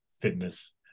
fitness